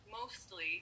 mostly